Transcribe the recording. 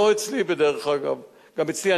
שדרך אגב הוא לא אצלי,